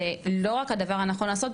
זה לא רק הדבר הנכון לעשות,